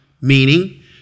meaning